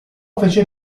fece